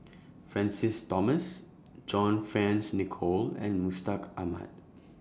Francis Thomas John Fearns Nicoll and Mustaq Ahmad